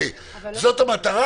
הרי זו המטרה,